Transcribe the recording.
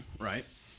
Right